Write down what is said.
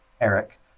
Eric